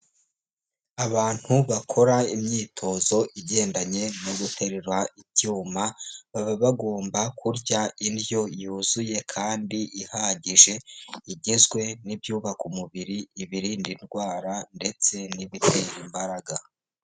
Abantu bakora imyitozo igendanye no guterera icyuma baba bagomba kurya indyo yuzuye kandi ihagije, igizwe n'ibyubaka umubiri, ibirinda indwara ndetse n'ibitera imbaraga.